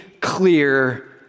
clear